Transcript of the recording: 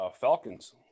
Falcons